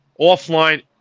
offline